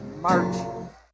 march